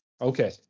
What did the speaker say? Okay